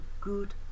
good